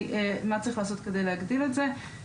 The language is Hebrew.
מה צריך לעשות כדי להגדיל את זה.